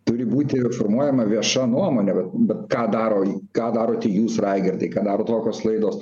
turi būti ir formuojama vieša nuomonė bet bet ką daro ką darote jūs raidardai ką daro tokios laidos